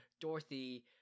dorothy